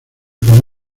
con